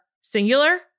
singular